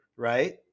right